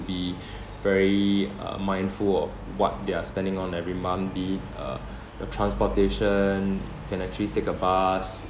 be very uh mindful of what they're spending on every month be it uh your transportation can actually take a bus